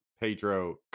Pedro